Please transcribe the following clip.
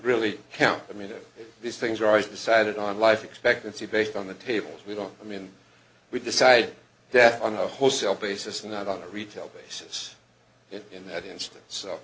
really count i mean these things are decided on life expectancy based on the table we don't i mean we decide death on a wholesale basis not on a retail basis and in that instance so